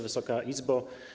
Wysoka Izbo!